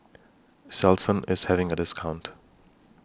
Selsun IS having A discount